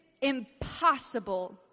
impossible